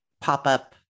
pop-up